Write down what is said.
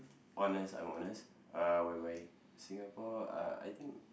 honest I'm honest uh whereby Singapore uh I think